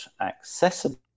accessible